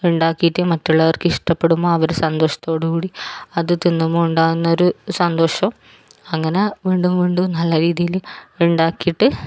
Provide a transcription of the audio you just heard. ഉണ്ടാക്കിയിട്ട് മറ്റുള്ളവർക്ക് ഇഷ്ടപ്പെടുമ്പോൾ അവർ സന്തോഷത്തോടുകൂടി അത് തിന്നുമ്പോൾ ഉണ്ടാകുന്ന ഒരു സന്തോഷം അങ്ങനെ വീണ്ടും വീണ്ടും നല്ല രീതിയിൽ ഉണ്ടാക്കിയിട്ട്